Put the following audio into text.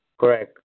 correct